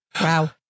Wow